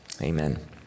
Amen